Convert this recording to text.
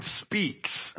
speaks